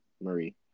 Marie